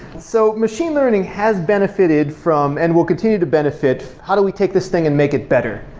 so machine learning has benefited from and will continue to benefit, how do we take this thing and make it better?